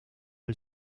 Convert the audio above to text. del